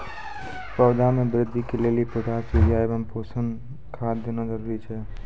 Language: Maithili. पौधा मे बृद्धि के लेली पोटास यूरिया एवं पोषण खाद देना जरूरी छै?